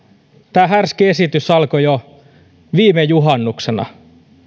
tämä härski esitys alkoi jo viime juhannuksena